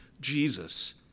Jesus